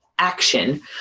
action